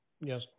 Yes